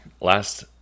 Last